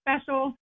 special